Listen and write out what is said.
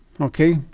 Okay